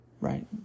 right